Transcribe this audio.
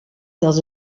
dels